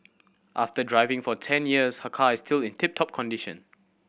after driving for ten years her car is still in tip top condition